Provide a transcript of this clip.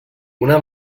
una